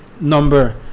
number